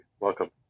Welcome